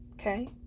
okay